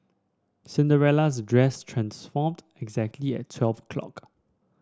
Cinderella's dress transformed exactly at twelve o'clock